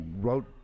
wrote